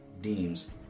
deems